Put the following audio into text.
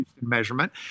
measurement